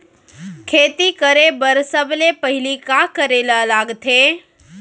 खेती करे बर सबले पहिली का करे ला लगथे?